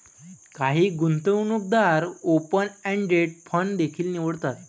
काही गुंतवणूकदार open ended fund देखील निवडतात